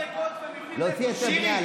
להוציא היתר בנייה,